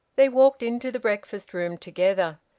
they walked into the breakfast-room together.